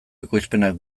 ekoizpenak